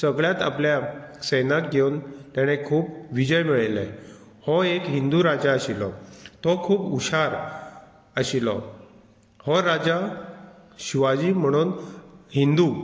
सगळ्यांत आपल्या सैनाक घेवन तेणें खूब विजय मेळयले हो एक हिंदू राजा आशिल्लो तो खूब हुशार आशिल्लो हो राजा शिवाजी म्हणून हिंदू